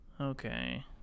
okay